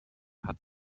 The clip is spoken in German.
hat